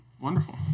Wonderful